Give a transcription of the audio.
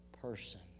person